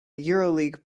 euroleague